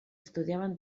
estudiaven